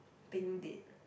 being dead